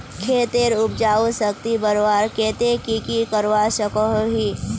खेतेर उपजाऊ शक्ति बढ़वार केते की की करवा सकोहो ही?